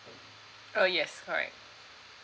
uh yes correct